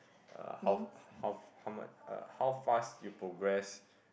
uh how how f~ how much uh how fast you progress